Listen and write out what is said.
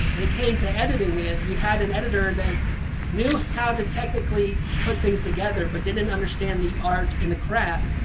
when it came to editing it, we had an editor that knew how to technically put things together, but didn't understand the art and the craft.